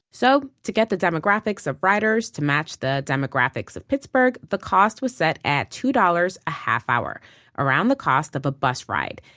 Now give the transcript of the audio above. so to get the demographics of riders to match the demographics of pittsburgh, the cost was set at two dollars per half hour around the cost of a bus ride.